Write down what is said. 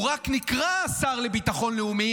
הוא רק נקרא "השר לביטחון לאומי",